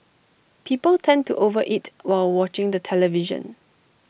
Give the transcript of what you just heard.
people tend to over eat while watching the television